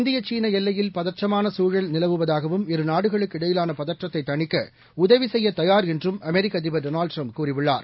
India China எல்லையில் பதற்றமான சூழல் நிலவுவதாகவும் இருநாடுகளுக்கு இடையிலான பதற்றத்தை தணிக்க உதவி செய்யத் தயார் என்றும் அமெரிக்க அதிபர் டொனால்டு ட்ரம்ப் கூறியுள்ளார்